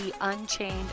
Unchained